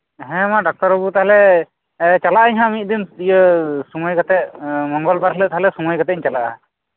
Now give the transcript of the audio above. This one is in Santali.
ᱦᱮᱸ ᱰᱟᱠᱛᱟᱨ ᱵᱟᱹᱵᱩ ᱛᱟᱦᱞᱮ ᱪᱟᱞᱟᱜ ᱟᱹᱧ ᱦᱟᱜ ᱢᱤᱫ ᱫᱤᱱ ᱤᱭᱟᱹ ᱥᱚᱢᱚᱭ ᱠᱟᱛᱮᱫ ᱢᱚᱝᱜᱚᱞᱵᱟᱨ ᱦᱤᱞᱳᱜ ᱛᱟᱦᱞᱮ ᱥᱳᱢᱚᱭ ᱠᱟᱛᱮᱧ ᱪᱟᱞᱟᱜᱼᱟ